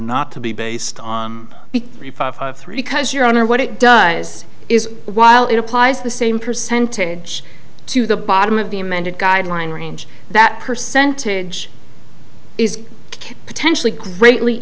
not to be based on three because your honor what it does is while it applies the same percentage to the bottom of the amended guideline range that percentage is potentially greatly